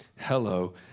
Hello